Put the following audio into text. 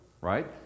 right